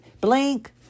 Blink